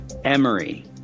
Emory